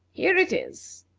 here it is.